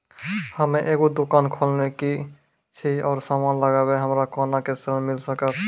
हम्मे एगो दुकान खोलने छी और समान लगैबै हमरा कोना के ऋण मिल सकत?